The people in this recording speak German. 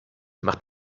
macht